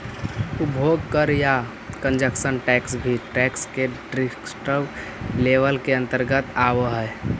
उपभोग कर या कंजप्शन टैक्स भी टैक्स के डिस्क्रिप्टिव लेबल के अंतर्गत आवऽ हई